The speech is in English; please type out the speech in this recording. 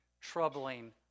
troubling